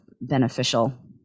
beneficial